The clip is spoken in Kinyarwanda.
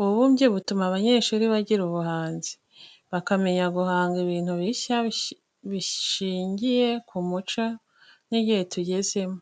Ububumbyi butuma abanyeshuri bagira ubuhanzi, bakamenya guhanga ibintu bishya bishingiye ku muco n'igihe tugezemo.